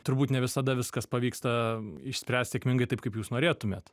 turbūt ne visada viskas pavyksta išspręst sėkmingai taip kaip jūs norėtumėt